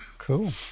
Cool